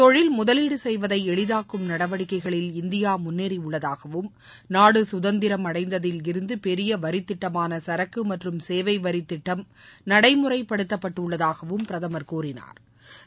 தொழில் முதலீடு செய்வதை எளிதாக்கும் நடவடிக்கைகளில் இந்தியா முன்னேறி உள்ளதாகவும் நாடு கதந்திரம் அடைந்ததில் இருந்து பெரிய வரித் திட்டமான சரக்கு மற்றும் சேவை வரி திட்டம் நடைமுறைப்படுத்தப்பட்டு உள்ளதாகவும் பிரதமா் கூறினாா்